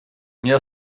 mir